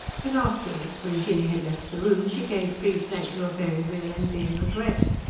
but afterwards, when jinny had left the room, she gave free play to a very real envy and regret.